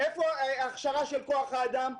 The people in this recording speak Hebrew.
איפה ההכשרה של כוח האדם?